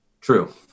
True